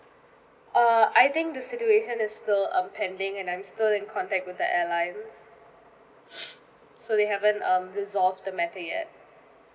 uh I think the situation is still um pending and I'm still in contact with the airlines so they haven't um resolve the matter yet